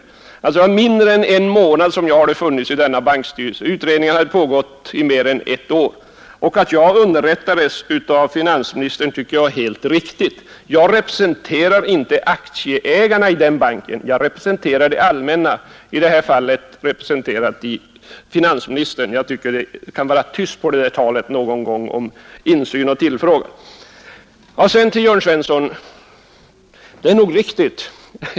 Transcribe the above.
Jag hade då funnits i denna bankstyrelse under mindre än en månad, medan utredningarna hade pågått mer än ett år. Att jag underrättades av finansministern tycker jag var helt riktigt. Jag representerar inte aktieägarna i denna bank utan det allmänna, i det här fallet finansministern. Jag tycker att det någon gång borde bli tyst med talet om insyn och tillfrågan. Sedan några ord till Jörn Svensson.